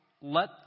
let